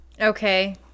Okay